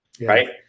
right